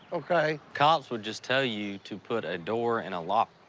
okay? cops will just tell you to put a door and a lock.